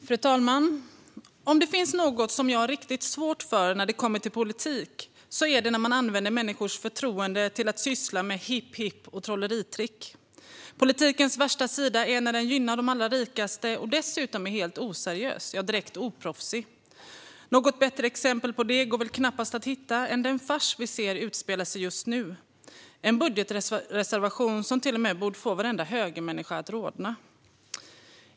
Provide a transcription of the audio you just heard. Fru talman! Om det finns något som jag har riktigt svårt för när det kommer till politik är det när man använder människors förtroende till att syssla med hipphipp och trolleritrick. Politikens värsta sida är när den gynnar de allra rikaste och dessutom är helt oseriös och direkt oproffsig. Något bättre exempel på det går väl knappast att hitta än den fars vi ser utspela sig just nu med en budgetreservation som till och med borde få varenda högermänniska att rodna.